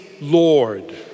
Lord